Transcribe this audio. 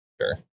Sure